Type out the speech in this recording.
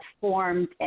formed